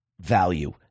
value